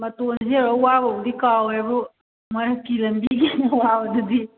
ꯃꯇꯣꯟꯁꯦ ꯌꯧꯔꯒ ꯋꯥꯕꯕꯨꯗꯤ ꯀꯥꯎꯋꯦꯕꯨ ꯃꯈꯣꯏ ꯀꯤꯔꯟꯕꯤꯒꯤ ꯋꯥꯕꯗꯨꯗꯤ